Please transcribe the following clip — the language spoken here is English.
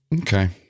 Okay